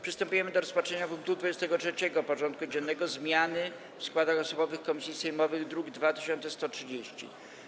Przystępujemy do rozpatrzenia punktu 23. porządku dziennego: Zmiany w składach osobowych komisji sejmowych (druk nr 2130)